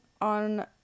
on